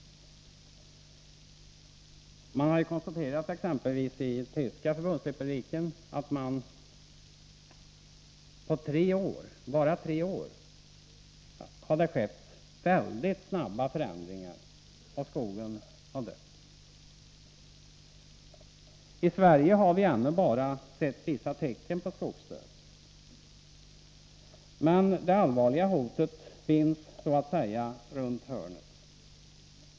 Man har i t.ex. Förbundsrepubliken Tyskland konstaterat att det under endast tre år skett mycket stora förändringar, som medfört att skogen dött. I Sverige har vi ännu bara sett vissa tecken till skogsdöd, men det allvarliga hotet finns så att säga runt hörnet.